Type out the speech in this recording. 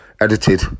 edited